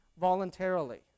voluntarily